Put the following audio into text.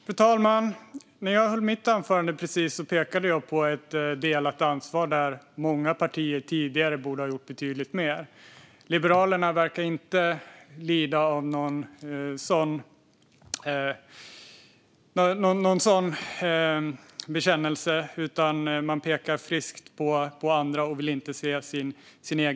Fru talman! När jag höll mitt anförande pekade jag på ett delat ansvar där många partier tidigare borde ha gjort betydligt mer. Liberalerna verkar inte vilja göra någon sådan bekännelse, utan man pekar friskt på andra och vill inte se sin egen del.